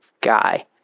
guy